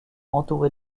entourés